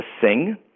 sing